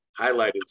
highlighted